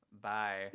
Bye